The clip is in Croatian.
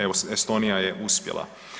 Evo Estonija je uspjela.